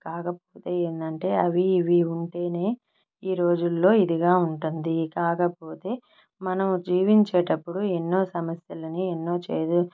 కాకపోతే ఏందంటే అవీ ఇవి ఉంటేనే ఈ రోజుల్లో ఇదిగా ఉంటుంది కాకపోతే మనం జీవించేటప్పుడు ఎన్నో సమస్యలని ఎన్నో చేదు